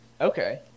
Okay